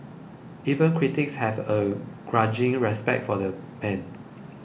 even critics have a grudging respect for the man